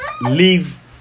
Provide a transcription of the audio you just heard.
leave